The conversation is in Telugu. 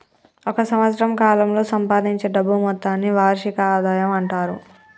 ఒక సంవత్సరం కాలంలో సంపాదించే డబ్బు మొత్తాన్ని వార్షిక ఆదాయం అంటారు